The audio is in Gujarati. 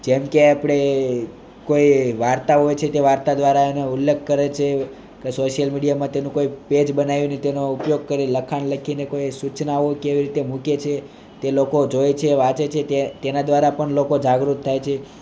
જેમ કે આપણી કોઈ વાર્તાઓ છે તે વાર્તા દ્વારા એનો ઉલ્લેખ કરે છે કે સોશ્યિલ મીડિયામાં તેનું કોઈ પેજ બનાવીને તેમનું ઉપયોગ કરી લખાણ લખીને સૂચનાઓ કેવી રીતે મૂકે છે તે લોકો જુએ છે વાંચે છે તેના દ્વારા પણ લોકો જાગૃત થાય છે